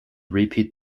repeat